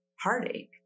heartache